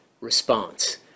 response